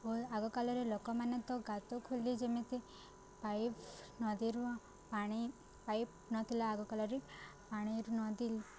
ଓ ଆଗକାଳରେ ଲୋକମାନେ ତ ଗାତ ଖୋଳି ଯେମିତି ପାଇପ୍ ନଦୀରୁ ପାଣି ପାଇପ୍ ନଥିଲା ଆଗକାଳରେ ପାଣିରୁ ନଦୀ